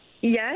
Yes